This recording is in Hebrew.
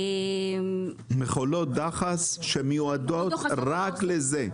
מכולות דחס שמיועדות רק לזה.